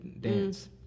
dance